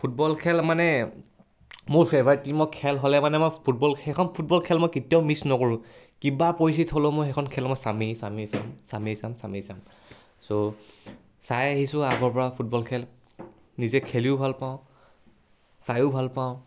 football খেল মানে মোৰ ফেভাৰেট টিমৰ খেল হ'লে মানে মই ফুটবল সেইখন ফুটবল খেল মই কেতিয়াও মিছ নকৰোঁ কিবা পৰিস্থিতি হ'লেও মই সেইখন খেল মই চামেই চামেই চাম চামেই চাম চামেই চাম চ' চাই আহিছোঁ আগৰ পৰা ফুটবল খেল নিজে খেলিও ভাল পাওঁ চাই ভাল পাওঁ